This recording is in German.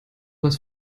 was